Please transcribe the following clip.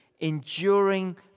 enduring